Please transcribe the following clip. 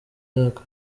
yaka